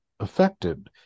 Affected